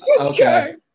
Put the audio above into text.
okay